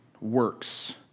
works